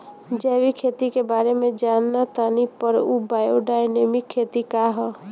जैविक खेती के बारे जान तानी पर उ बायोडायनमिक खेती का ह?